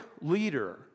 leader